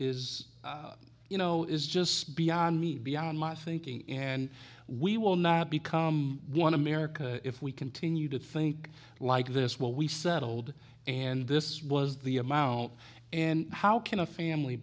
is you know is just beyond me beyond my thinking and we will not become one america if we continue to think like this well we settled and this was the amount and how can a family